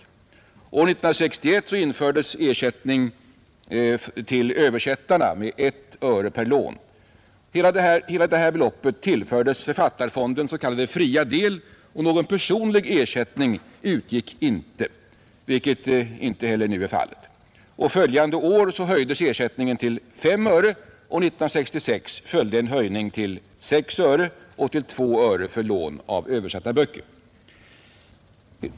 år 1961 infördes ersättning till översättarna med 1 öre per lån. Hela beloppet tillfördes Sveriges författarfonds s.k. fria del och någon personlig ersättning utgick inte, vilket inte heller nu är fallet. Följande år höjdes ersättningen till 5 öre och 1966 till 6 öre samt till 2 öre för lån av översatta böcker.